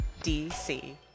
DC